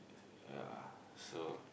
ya so